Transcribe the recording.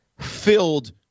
filled